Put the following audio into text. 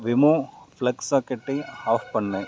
வெமோ plug சாக்கெட்டை off பண்ணு